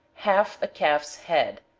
half a calf's head,